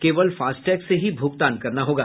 केवल फास्टैग से ही भुगतान करना होगा